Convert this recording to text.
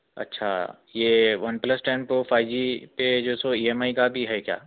اچھا یہ one plus ten pro five G پہ جو سو ای ایم آئی کا بھی ہے کیا